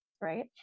right